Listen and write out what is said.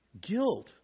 Guilt